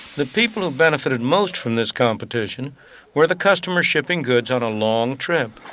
the people who benefited most from this competition were the customers shipping goods on a long trip.